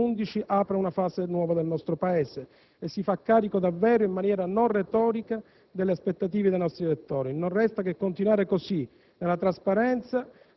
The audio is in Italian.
per il triennio 2008-2011 apre una nuova fase del nostro Paese e si fa carico davvero in maniera non retorica delle aspettative dei nostri elettori. Non resta che continuare così,